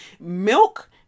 milk